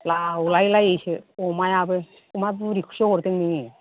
लावलायलायोसो अमायाबो अमा बुरिखौसो हरदों नोङो